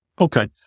Okay